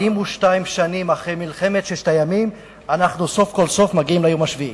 42 שנים אחרי מלחמת ששת הימים אנחנו סוף כל סוף מגיעים ליום השביעי.